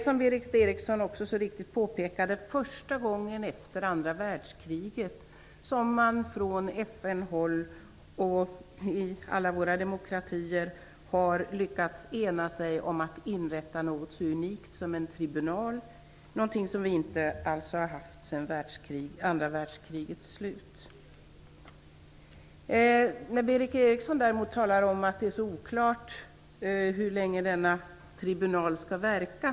Som Berith Eriksson så riktigt påpekade är det första gången efter andra världskriget som man från FN-håll och i alla våra demokratier har lyckats ena sig om att inrätta något så unikt som en tribunal. Det är något vi inte har haft sedan andra världskrigets slut. Berith Eriksson talar också om att det är så oklart hur länge denna tribunal skall verka.